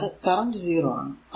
അതായതു കറന്റ് 0 ആണ്